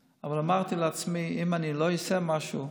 אבל אמרתי לעצמי: אם אני לא אעשה משהו,